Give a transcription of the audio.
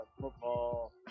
football